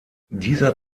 dieser